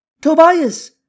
Tobias